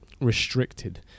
restricted